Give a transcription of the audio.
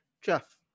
Jeff